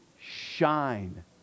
shine